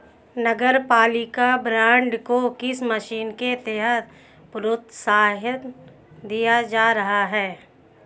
नगरपालिका बॉन्ड को किस मिशन के तहत प्रोत्साहन दिया जा रहा है?